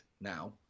now